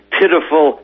pitiful